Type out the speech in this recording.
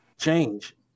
change